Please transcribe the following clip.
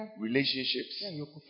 relationships